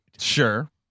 Sure